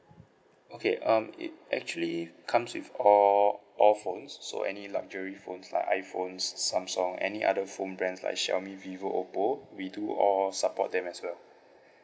okay um it actually comes with all all phone so any luxury phones like iPhone Samsung any other phone brand like Xiaomi Vivo Oppo we do all support them as well